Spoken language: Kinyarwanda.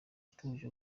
utuje